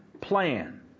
plan